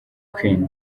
queen